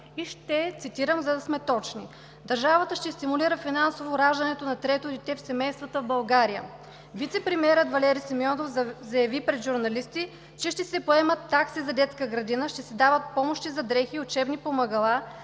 и ще цитирам, за да сме точни: „Държавата ще стимулира финансово раждането на трето дете в семействата в България. Вицепремиерът Валери Симеонов заяви пред журналисти, че ще се поемат такси за детска градина, ще се дават помощи за дрехи, учебни помагала,